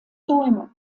bäume